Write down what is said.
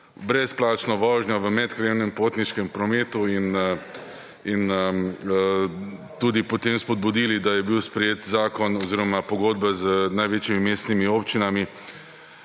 brezplačno vožnjo v medkrajevnem potniškem prometu. Potem smo tudi spodbudili, da je bil sprejet zakon oziroma pogodba z največjimi mestnimi občinami